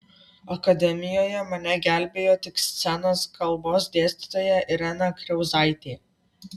akademijoje mane gelbėjo tik scenos kalbos dėstytoja irena kriauzaitė